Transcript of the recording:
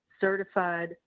certified